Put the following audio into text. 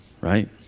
Right